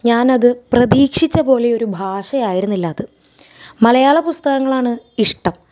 ഞാനത് പ്രതീക്ഷിച്ചത് പോലെ ഒരു ഭാഷ ആയിരുന്നില്ല അത് മലയാള പുസ്തകങ്ങളാണ് ഇഷ്ടം